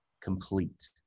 complete